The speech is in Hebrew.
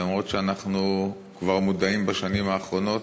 אומנם אנחנו כבר מודעים, בשנים האחרונות,